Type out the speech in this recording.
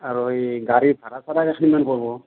আৰু এই গাড়ী ভাড়া চাড়া কেখনিমান পৰিব